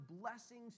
blessings